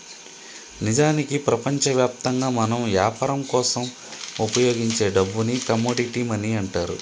నిజానికి ప్రపంచవ్యాప్తంగా మనం యాపరం కోసం ఉపయోగించే డబ్బుని కమోడిటీ మనీ అంటారు